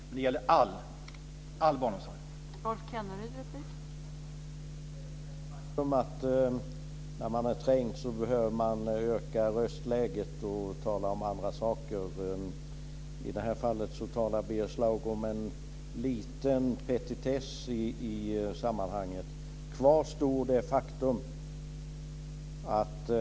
Men det gäller all barnomsorg.